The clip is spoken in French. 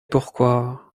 pourquoi